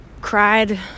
cried